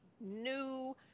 new